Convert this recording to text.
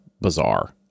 bizarre